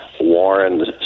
Warren